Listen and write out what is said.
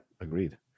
agreed